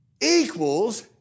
equals